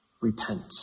repent